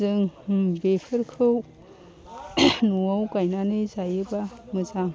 जों बेफोरखौ न'आव गायनानै जायोबा मोजां